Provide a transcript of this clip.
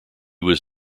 was